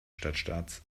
stadtstaats